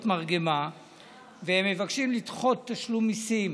מרגמה והם מבקשים לדחות תשלום מיסים.